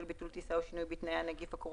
בשל ביטול טיסה או שינוי בתנאיה) (נגיף התקופה